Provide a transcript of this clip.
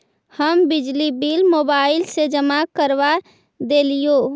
हम बिजली bill mobile से जमा करवा देहियै?